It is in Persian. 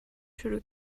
شروع